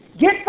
Get